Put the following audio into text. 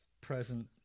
present